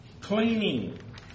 cleaning